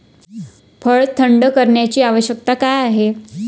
फळ थंड करण्याची आवश्यकता का आहे?